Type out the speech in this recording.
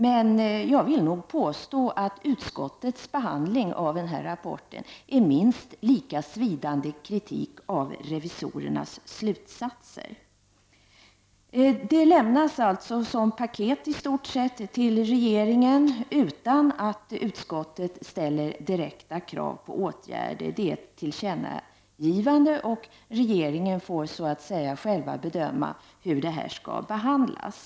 Men jag vill nog påstå att utskottets behandling av rapporten utgör en minst lika svidande kritik mot revisorernas slutsatser. Det här lämnas alltså i stort sett som ett paket till regeringen, utan att utskottet ställer några direkta krav på åtgärder. Det är ett tillkännagivande, och regeringen får så att säga själv bedöma hur detta skall behandlas.